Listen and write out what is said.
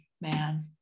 man